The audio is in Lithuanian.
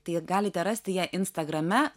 tai galite rasti ją instagrame